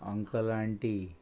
uncle auntie